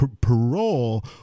parole